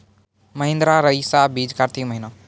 महिंद्रा रईसा बीज कार्तिक महीना?